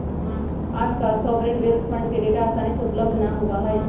आजकल sovereign wealth fund के data आसानी से उपलब्ध ना होबा हई